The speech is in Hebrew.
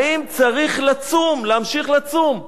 האם צריך להמשיך לצום.